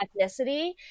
ethnicity